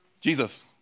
Jesus